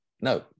No